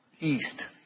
East